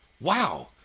Wow